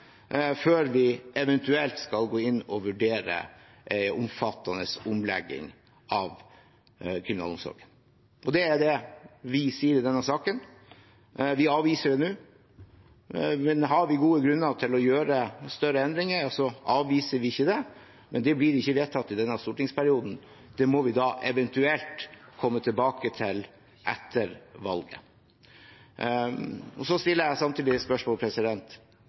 før vi eventuelt gikk inn og vurderte en omfattende omlegging av kriminalomsorgen. Det er det vi sier i denne saken. Vi avviser det nå. Har vi gode grunner til å gjøre større endringer, avviser vi ikke det, men det blir ikke vedtatt i denne stortingsperioden. Det må vi eventuelt komme tilbake til etter valget. Så stiller jeg samtidig spørsmål